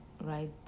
right